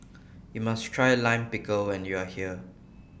YOU must Try Lime Pickle when YOU Are here